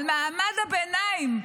על מעמד הביניים.